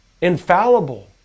infallible